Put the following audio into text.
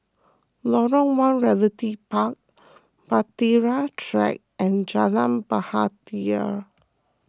Lorong one Realty Park Bahtera Track and Jalan Bahtera